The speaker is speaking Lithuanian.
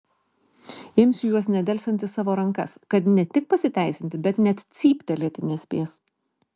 imsiu juos nedelsiant į savo rankas kad ne tik pasiteisinti bet net cyptelėti nespės